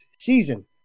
season